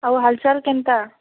ଆଉ ହାଲ୍ ଚାଲ୍ କେନ୍ତା